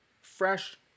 fresh